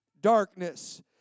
darkness